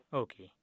okay